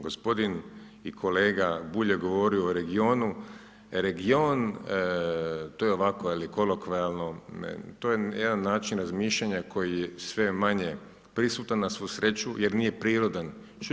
Gospodin i kolega Bulj je govorio o regionu, region to je ovako je li kolokvijalno, to je jedan način razmišljanja koji je sve manje prisutan na svu sreću jer nije prirodan.